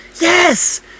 Yes